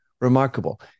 remarkable